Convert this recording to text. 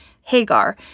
Hagar